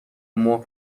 مهر